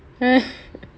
err